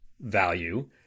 value